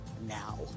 now